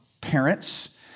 parents